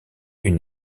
une